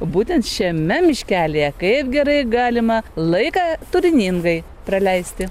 būtent šiame miškelyje kaip gerai galima laiką turiningai praleisti